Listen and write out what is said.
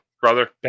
brother